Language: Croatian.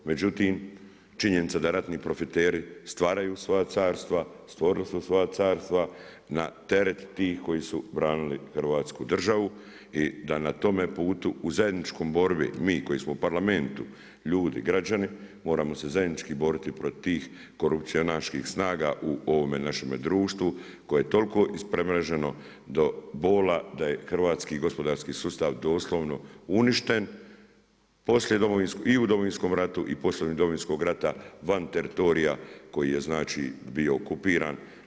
Međutim, činjenica da ratni profiteri stvaraju svoja carstva, stvorili su svoja carstva na teret tih koji su branili hrvatsku državu i da na tome putu u zajedničkoj borbi mi koji smo u Parlamentu, ljudi, građani moramo se zajednički boriti protiv tih korupcionaških snaga u ovome našem društvu koje je toliko ispremreženo do bola, da je hrvatski gospodarski sustav doslovno uništen i u Domovinskom ratu i poslije Domovinskog rata van teritorija koji je znači bio okupiran.